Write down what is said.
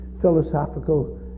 philosophical